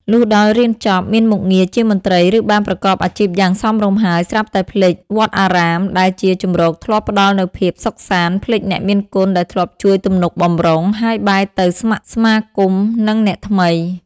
លុះដល់រៀនចប់ មានមុខងារជាមន្ត្រី ឬបានប្រកបអាជីពយ៉ាងសមរម្យហើយ ស្រាប់តែភ្លេចវត្តអារាមដែលជាជម្រកធ្លាប់ផ្ដល់នូវភាពសុខសាន្ត ភ្លេចអ្នកមានគុណដែលធ្លាប់ជួយទំនុកបម្រុង ហើយបែរទៅស្ម័គ្រស្មាគមនឹងអ្នកថ្មី ។